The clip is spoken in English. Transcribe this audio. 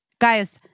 guys